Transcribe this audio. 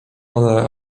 one